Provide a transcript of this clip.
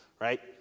right